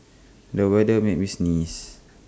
the weather made me sneeze